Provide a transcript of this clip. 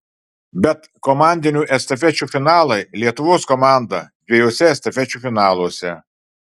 bet komandinių estafečių finalai lietuvos komanda dviejuose estafečių finaluose